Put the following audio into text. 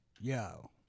Yo